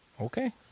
Okay